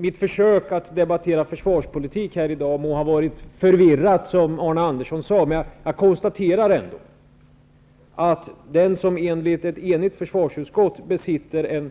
Mitt försök att debattera försvarspolitik här i dag må ha varit förvirrat, som Arne Andersson sade, men jag konstaterar ändå att den som enligt ett enigt försvarsutskott besitter en